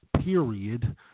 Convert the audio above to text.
period